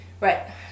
Right